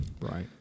Right